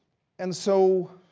and so,